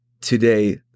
today